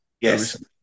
Yes